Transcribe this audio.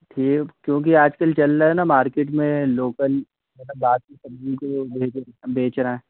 ये क्योंकि आजकल चल रहा है ना मार्केट में लोकल बासी सब्जी को बेच रहे हैं